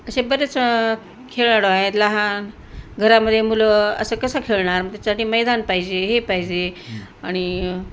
असे बरेच खेळाडू आहेत लहान घरामध्ये मुलं असं कसं खेळणार त्याच्यासाठी मैदान पाहिजे हे पाहिजे आणि